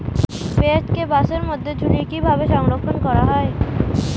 পেঁয়াজকে বাসের মধ্যে ঝুলিয়ে কিভাবে সংরক্ষণ করা হয়?